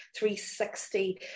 360